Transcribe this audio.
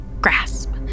grasp